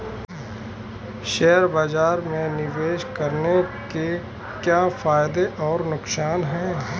Share बाज़ार में निवेश करने के क्या फायदे और नुकसान हैं?